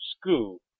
school